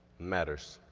matters.